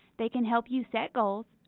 they can help you set goals,